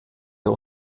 der